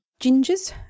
gingers